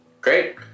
Great